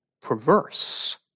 perverse